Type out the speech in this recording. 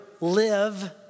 live